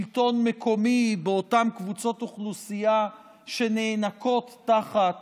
שלטון מקומי, באותן קבוצות אוכלוסייה שנאנקות תחת